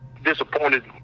Disappointed